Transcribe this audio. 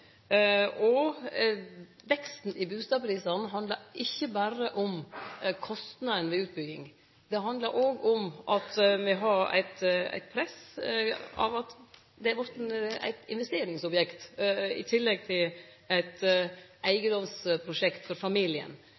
Veksten i bustadprisane handlar ikkje berre om kostnaden ved utbygging. Det handlar òg om at me har eit press der det har vorte eit investeringsobjekt, i tillegg til eit eigedomsprosjekt, for familien.